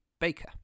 Baker